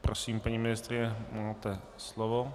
Prosím, paní ministryně, máte slovo.